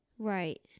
Right